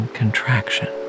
contraction